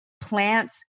plants